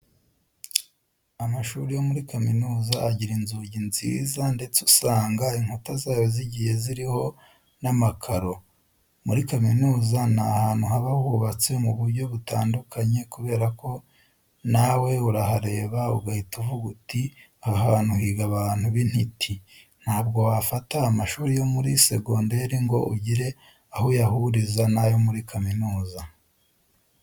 Amashuri yo muri kaminuza agira inzugi nziza ndetse usanga inkuta zayo zigiye ziriho n'amakaro. Muri kaminuza ni ahantu haba hubatse mu buryo butandukanye kubera ko nawe urahareba ugahita uvuga uti aha hantu higa abantu b'intiti. Ntabwo wafata amashuri yo muri segonderi ngo ugire aho uyahuriza n'ayo muri kaminuza.